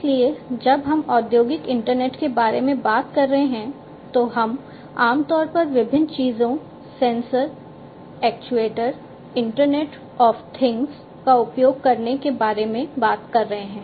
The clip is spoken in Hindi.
इसलिए जब हम औद्योगिक इंटरनेट के बारे में बात कर रहे हैं तो हम आम तौर पर विभिन्न चीजों sensor actuator internet of things का उपयोग करने के बारे में बात कर रहे हैं